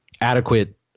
adequate